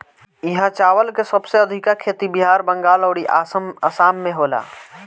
इहा चावल के सबसे अधिका खेती बिहार, बंगाल अउरी आसाम में होला